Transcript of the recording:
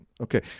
Okay